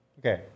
Okay